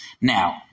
Now